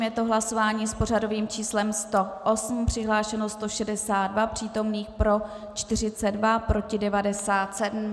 Je to hlasování s pořadovým číslem 108, přihlášeno 162 přítomných, pro 42, proti 97.